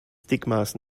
stigmas